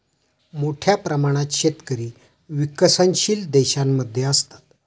मोठ्या प्रमाणात शेतकरी विकसनशील देशांमध्ये असतात